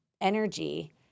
energy